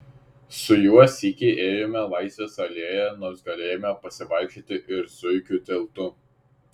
su juo sykį ėjome laisvės alėja nors galėjome pasivaikščioti ir zuikių tiltu